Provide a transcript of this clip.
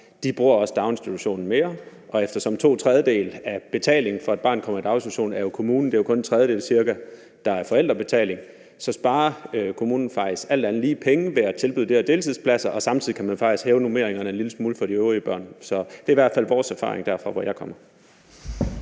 bruger daginstitutionen mere. Og eftersom to tredjedele af betalingen for, at et barn kommer i daginstitution, ligger hos kommunen – det er jo kun cirka en tredjedel, der er forældrebetaling – så sparer kommunen faktisk alt andet lige penge ved at tilbyde de her deltidspladser, og samtidig kan man jo faktisk hæve normeringerne en lille smule for de øvrige børn. Så det er i hvert fald vores erfaring der, hvor jeg kommer